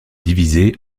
divisé